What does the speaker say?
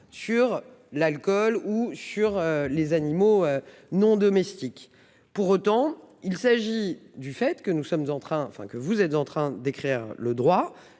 sur l'alcool ou sur les animaux non domestiques. Pour autant, il s'agit du fait que nous sommes en train, enfin que vous êtes en train d'écrire le droit,